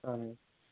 اَہَن حظ